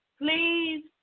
Please